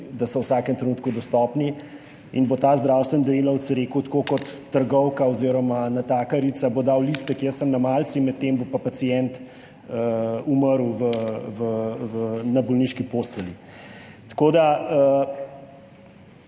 da so v vsakem trenutku dostopni, in bo ta zdravstveni delavec rekel tako kot trgovka oziroma natakarica ali bo dal listek, jaz sem na malici, medtem bo pa pacient umrl na bolniški postelji. Tako da